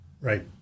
right